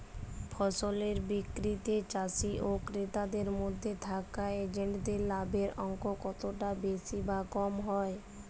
ফসলের বিক্রিতে চাষী ও ক্রেতার মধ্যে থাকা এজেন্টদের লাভের অঙ্ক কতটা বেশি বা কম হয়?